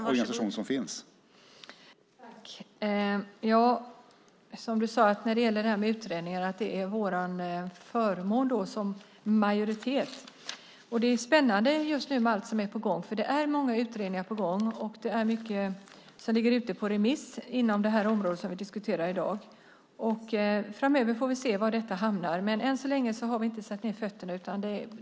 Fru talman! Du sade när det gäller utredningar att det är vår förmån som majoritet. Det är spännande just nu med allt som är på gång, för det är många utredningar på gång. Och det är mycket som ligger ute på remiss inom det område som vi diskuterar i dag. Framöver får vi se var det hamnar. Än så länge har vi inte satt ned fötterna.